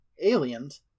aliens